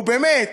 נו, באמת.